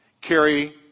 carry